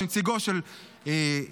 נציגו של רוטמן.